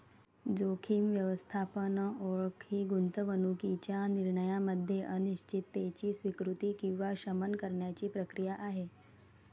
जोखीम व्यवस्थापन ओळख ही गुंतवणूकीच्या निर्णयामध्ये अनिश्चिततेची स्वीकृती किंवा शमन करण्याची प्रक्रिया आहे